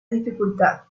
dificulta